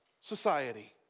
society